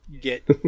get